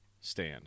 stand